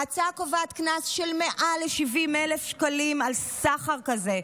ההצעה קובעת קנס של מעל 70,000 שקלים על סחר כזה.